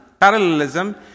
Parallelism